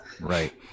right